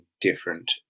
different